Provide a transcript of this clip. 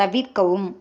தவிர்க்கவும்